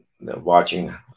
watching